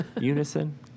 unison